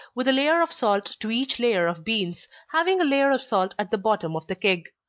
with a layer of salt to each layer of beans, having a layer of salt at the bottom of the keg.